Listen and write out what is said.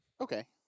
Okay